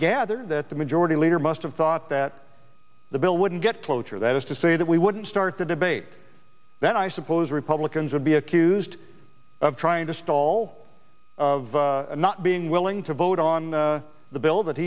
gather that the majority leader must have thought that the bill wouldn't get cloture that is to say that we wouldn't start the debate that i suppose republicans would be accused of trying to stall of not being willing to vote on the bill that